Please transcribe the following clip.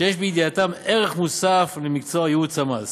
שיש בידיעתם ערך מוסף למקצוע ייעוץ המס.